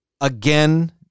again